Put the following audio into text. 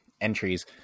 entries